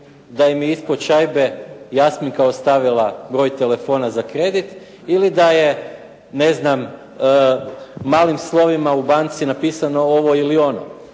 da im je ispod šajbe Jasminka ostavila broj telefona za kredit ili da je ne znam malim slovima u banci napisano ovo ili ono.